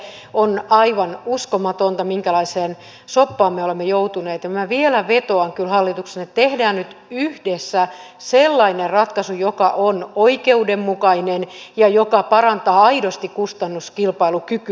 minusta se on aivan uskomatonta minkälaiseen soppaan me olemme joutuneet ja minä vielä vetoan kyllä hallitukseen että tehdään nyt yhdessä sellainen ratkaisu joka on oikeudenmukainen ja joka parantaa aidosti kustannuskilpailukykyä